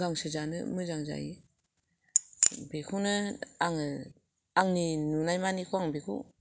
गांसो जानो मोजां जायो बेखौनो आङो आंनि नुनायमानिखौ आं बेखौ